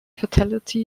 fatality